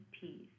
peace